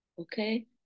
Okay